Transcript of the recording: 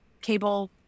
cable